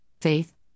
faith